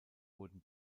wurden